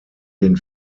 den